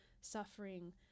suffering